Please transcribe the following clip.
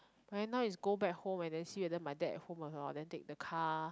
but now is go back home and then see isn't my dad at home or not and then take the car